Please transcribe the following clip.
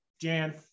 Jan